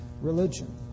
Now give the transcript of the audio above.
religion